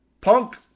Punk